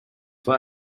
for